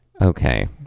Okay